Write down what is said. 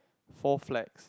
four flags